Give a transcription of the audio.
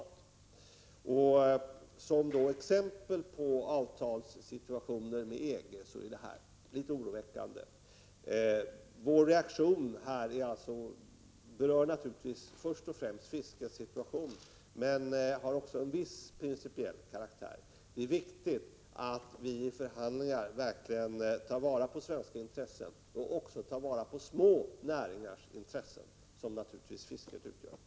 14 maj 1986 Som exempel på avtalssituationer med EG är detta litet oroväckande. Vår reaktion berör naturligtvis först och främst fiskets situation men har också en viss principiell karaktär. Det är viktigt att vid förhandlingar verkligen ta vara på svenska intressen men även att ta vara på små näringars, som naturligtvis fisket är, intressen.